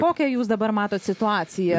kokią jūs dabar matot situaciją